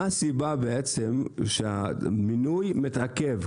מה הסיבה בעצם שהמינוי מתעכב?